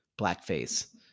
Blackface